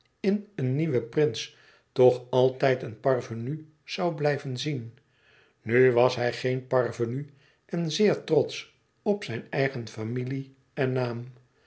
in een nieuwen prins toch altijd een parvenu zoû blijven zien nu was hij geen parvenu en zeer trotsch op zijn eigen familie en naam